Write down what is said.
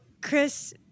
Chris